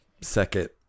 Second